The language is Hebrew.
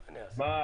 מה?